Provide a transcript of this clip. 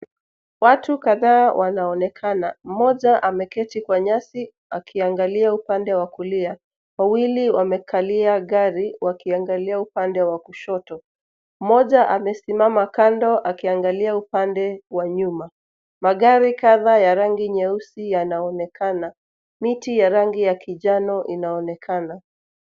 Watu kadhaa wanaonekana. Mmoja ameketi Kwa nyasi akiangalia upande wa kulia. Wawili wamekalia gari wakiangalia upande wa kushoto. Mmoja amesimama kando akiangalia upande wa nyuma. Magari kadhaa ya rangi nyeusi yanaonekana. Miti ya rangi ya kinjano inaonekana.